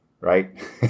right